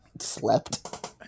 slept